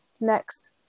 next